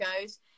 goes